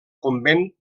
convent